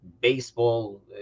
baseball